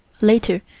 Later